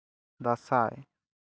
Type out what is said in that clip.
ᱫᱟᱸᱥᱟᱭ